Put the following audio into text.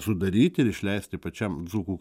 sudaryti ir išleisti pačiam dzūkų